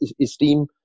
esteem